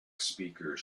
speakers